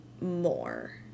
more